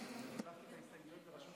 גברתי היושבת-ראש,